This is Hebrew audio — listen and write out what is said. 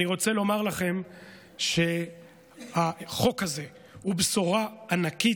אני רוצה לומר לכם שהחוק הזה הוא בשורה ענקית.